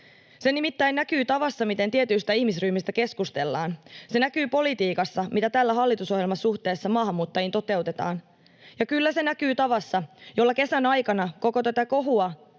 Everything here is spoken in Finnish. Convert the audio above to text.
Se nimittäin näkyy tavassa, miten tietyistä ihmisryhmistä keskustellaan. Se näkyy politiikassa, miten tätä hallitusohjelmaa suhteessa maahanmuuttajiin toteutetaan. Ja kyllä se näkyy tavassa, jolla kesän aikana koko tätä kohua